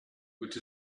which